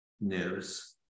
news